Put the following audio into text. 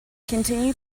continue